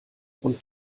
und